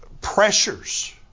pressures